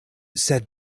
sed